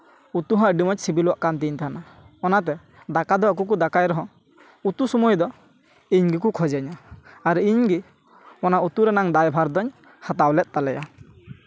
ᱩᱛᱩ ᱦᱚᱸ ᱟᱹᱰᱤ ᱢᱚᱡᱽ ᱥᱤᱵᱤᱞᱚᱜ ᱠᱟᱱ ᱛᱤᱧ ᱛᱟᱦᱮᱱᱟ ᱚᱱᱟᱛᱮ ᱫᱟᱠᱟ ᱫᱚ ᱟᱠᱚ ᱠᱚ ᱫᱟᱠᱟᱭ ᱨᱮᱦᱚᱸ ᱩᱛᱩ ᱥᱚᱢᱚᱭ ᱫᱚ ᱤᱧ ᱜᱮᱠᱚ ᱠᱷᱚᱡᱮᱧᱟ ᱟᱨ ᱤᱧ ᱜᱮ ᱚᱱᱟ ᱩᱛᱩ ᱨᱮᱱᱟᱝ ᱫᱟᱭᱵᱷᱟᱨ ᱫᱚᱧ ᱦᱟᱛᱟᱣ ᱞᱮᱫ ᱛᱟᱞᱮᱭᱟ